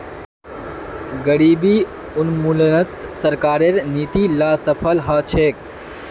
गरीबी उन्मूलनत सरकारेर नीती ला सफल ह छेक